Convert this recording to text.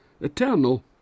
eternal